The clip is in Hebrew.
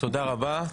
תודה רבה,